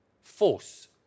force